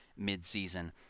midseason